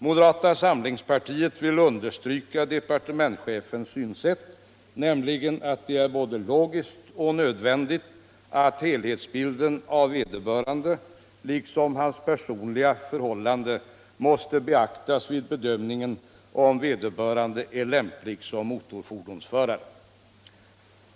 Moderata samlingspartiet vill understryka departementschefens synsätt, nämligen att det är både logiskt och nödvändigt att helhetsbilden av vederbörande liksom av hans personliga förhållanden beaktas vid bedömningen av huruvida han är lämplig som motorfordonsförare.